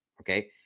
Okay